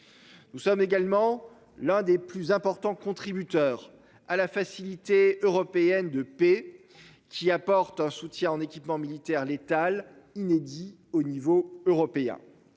Nous sommes également l'un des plus importants contributeurs à la Facilité européenne de paix qui apporte un soutien en équipement militaire létal inédit au niveau européen.